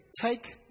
take